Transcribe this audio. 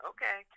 Okay